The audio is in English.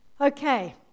Okay